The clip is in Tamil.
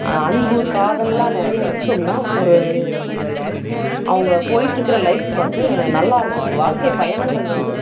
அன்பு காதலெலாம் நிறைய வைச்சோம்னா ஒரு அவங்க போயிட்ருக்கிற லைஃப் வந்து நல்லாயிருக்கும் வாழ்க்கை பயணங்கள் வந்து